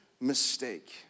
mistake